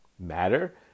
Matter